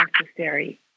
necessary